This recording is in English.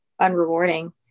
unrewarding